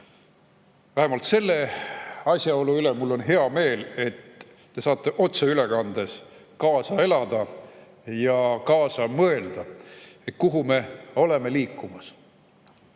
Vähemalt selle asjaolu üle mul on hea meel, et te saate otseülekande kaudu kaasa elada ja kaasa mõelda, kuhu me oleme liikumas.